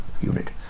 unit